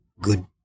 good